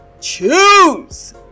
choose